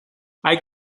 hay